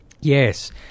Yes